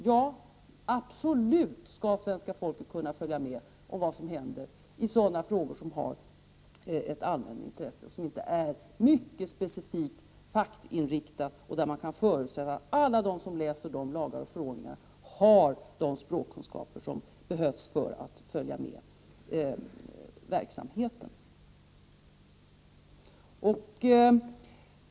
Ja, svenska folket skall absolut kunna följa med vad som händer i sådana frågor som har ett allmänt intresse och som inte är mycket specifikt fackinriktade och där man kan förutsätta att alla de som läser ifrågavarande lagar och förordningar har de språkkunskaper som behövs för att följa med verksamheten.